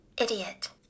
Idiot